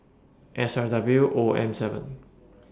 S R W O M seven